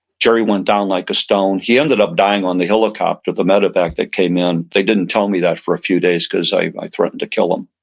gerry went down like stone, he ended up dying on the helicopter, the medevac that came in. they didn't tell me that for a few days because i i threatened to kill him